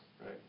Right